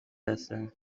هستند